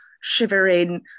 shivering